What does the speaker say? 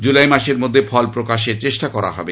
জুলাই মাসের মধ্যে ফল প্রকাশের চেষ্টা করা হবে